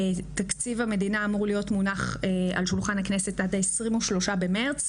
תקציב המדינה אמור להיות מונח על שולחן הכנסת עד ה-23 במרץ,